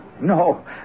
No